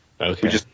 Okay